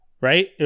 right